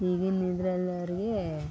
ಈಗಿನ ಇದ್ರಲ್ಲಿ ಅವರಿಗೆ